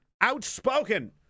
Outspoken